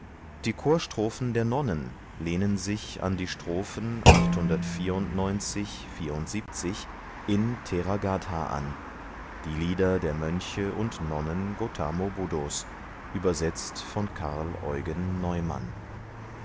die chorstrophen der nonnen lehnen sich an die strophen in theragatha an die lieder der mönche und nonnen gotamo buddhos übersetzt von karl eugen neumann